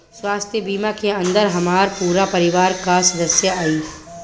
स्वास्थ्य बीमा के अंदर हमार पूरा परिवार का सदस्य आई?